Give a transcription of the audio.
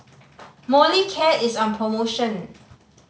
Molicare is on promotion